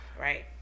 right